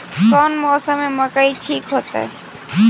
कौन मौसम में मकई ठिक होतइ?